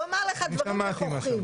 הוא אמר לך דברים נכוחים.